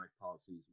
policies